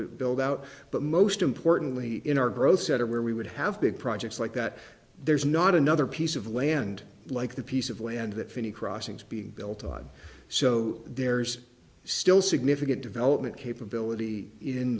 a build out but most importantly in our growth center where we would have big projects like that there's not another piece of land like the piece of land that finny crossings being built on so there's still significant development capability in